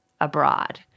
abroad